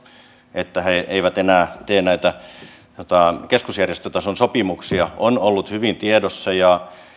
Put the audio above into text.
että he eivät enää tee näitä keskusjärjestötason sopimuksia on ollut hyvin tiedossa ja